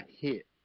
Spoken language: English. hit